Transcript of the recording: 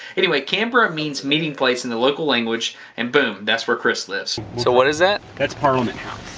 anyway canberra means meeting place in the local language and boom, that's where chris lives. so what is that? that's parliament house.